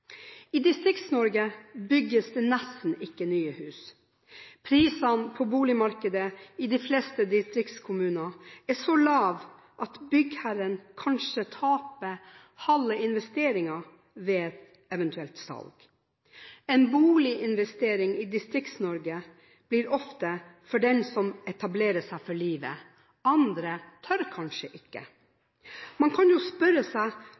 I Distrikts-Norge bygges det nesten ikke nye hus. Prisene på boligmarkedet i de fleste distriktskommuner er så lave at byggherren kanskje taper halve investeringen ved et eventuelt salg. En boliginvestering i Distrikts-Norge blir ofte for dem som etablerer seg for livet, andre tør kanskje ikke. Man kan jo spørre seg